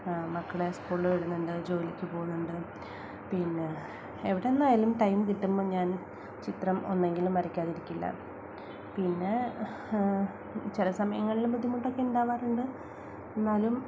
മക്കളെ സ്കൂളില് വിടുന്നുണ്ട് ജോലിക്കു പോകുന്നുണ്ട് പിന്നെ എവിടെനിന്നായാലും ടൈം കിട്ടുമ്പോള് ഞാൻ ചിത്രം ഒന്നെങ്കിലും വരയ്ക്കാതിരിക്കില്ല പിന്നെ ചില സമയങ്ങളില് ബുദ്ധിമുട്ടൊക്കെ ഉണ്ടാവാറുണ്ട് എന്നാലും